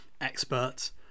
experts